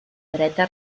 dreta